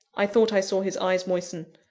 i thought i saw his eyes moisten.